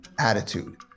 attitude